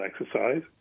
exercise